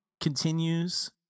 continues